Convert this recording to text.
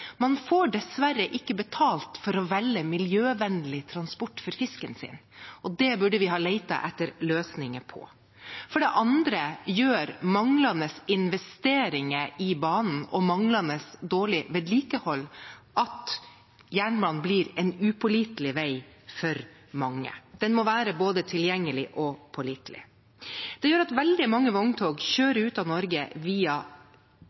Man får dessverre ikke betalt for å velge miljøvennlig transport for fisken sin. Det burde vi ha lett etter løsninger på. I tillegg gjør manglende investeringer i banen og manglende og dårlig vedlikehold at jernbanen blir en upålitelig vei for mange. Den må være både tilgjengelig og pålitelig. Veldig mange vogntog kjører ut av Norge via